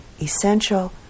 essential